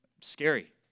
Scary